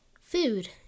food